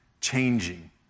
changing